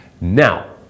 Now